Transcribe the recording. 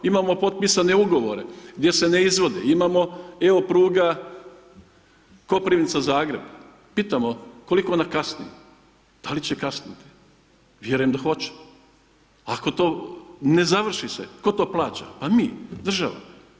Imamo potpisane ugovore, gdje se ne izvode, imamo evo pruga Koprivnica – Zagreb, pitamo koliko ona kasni, da li će kasniti, vjerujem da hoće ako to ne završi se tko to plaća, pa mi država.